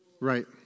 Right